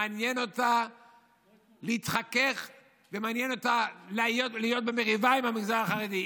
מעניין אותה להתחכך ומעניין אותה להיות במריבה עם המגזר החרדי.